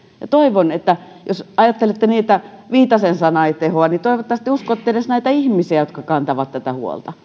toivon että jos ajattelette niin että viitasen sana ei tehoa niin uskotte edes näitä ihmisiä jotka kantavat tätä huolta